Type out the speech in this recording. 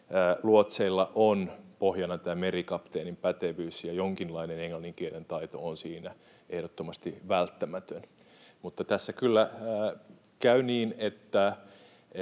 luotseilla on pohjana merikapteenin pätevyys, ja jonkinlainen englannin kielen taito on siinä ehdottomasti välttämätön. Mutta tässä kyllä käy niin,